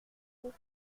vous